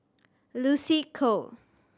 Lucy Koh